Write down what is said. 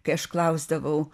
kai aš klausdavau